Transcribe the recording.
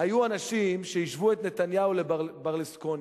היו אנשים שהשוו את נתניהו לברלוסקוני.